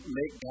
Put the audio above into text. make